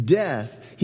death